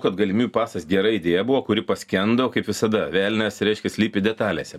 kad galimybių pasas gera idėja buvo kuri paskendo kaip visada velnias reiškia slypi detalėse